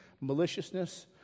maliciousness